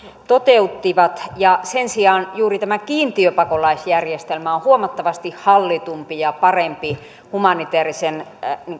toteuttivat sen sijaan juuri tämä kiintiöpakolaisjärjestelmä on huomattavasti hallitumpi ja parempi humanitäärisen